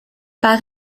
par